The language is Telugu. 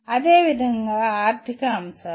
అదేవిధంగా ఆర్థిక అంశాలు